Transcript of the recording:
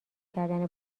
کردن